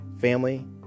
family